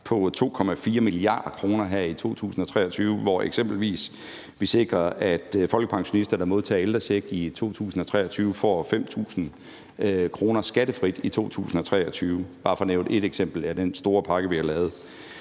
på 2,4 mia. kr. her i 2023, hvor vi eksempelvis sikrer, at folkepensionister, der modtager ældrecheck i 2023, får 5.000 kr. skattefrit i 2023. Det er bare for at nævne et eksempel fra den store pakke, vi har lavet.